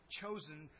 chosen